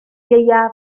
ieuaf